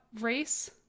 race